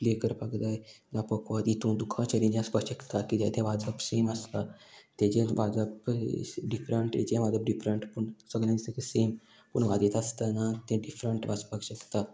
play करपाक जाय जावं पकवाज हितून तुका चॅलेंज आसपाक शकता किद्या तें वाजप सेम आसता तेजें वाजप डिफरंट हेजें वाजप डिफरंट पूण सगल्यांनी सेम पूण वाजयता आसतना तें डिफरंट वाजपाक शकता